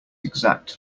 exact